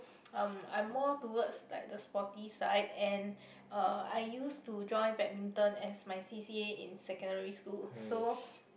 um I'm more towards like the sporty side and uh I used to join badminton as my C_C_A in secondary school so